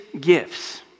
gifts